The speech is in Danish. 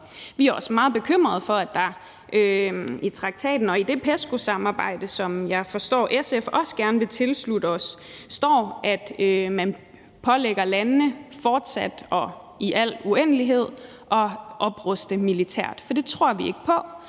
Vi er også meget bekymrede for, at der i traktaten og i det PESCO-samarbejde, som jeg forstår SF også gerne vil tilslutte os, står, at man pålægger landene fortsat og i al uendelighed at opruste militært. For det tror vi ikke på,